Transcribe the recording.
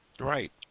Right